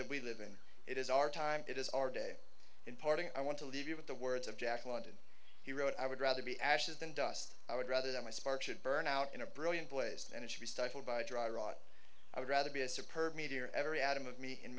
that we live in it is our time it is our day in parting i want to leave you with the words of jack london he wrote i would rather be ashes and dust i would rather that my spark should burn out in a brilliant place than it should be stifled by dry rot i would rather be a superb meteor every atom of me in